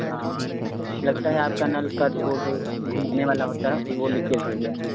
हाँ लगता है आपका नल कट वो जो घुमाने वाला होता है वो लीकेज हो गया है